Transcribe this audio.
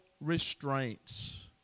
restraints